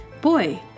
boy